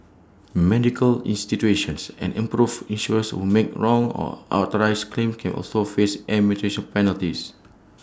medical institutions and improve insurers who make wrong or authorised claims can also face administrative penalties